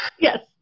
Yes